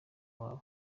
wabo